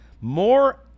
More